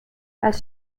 als